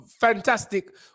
fantastic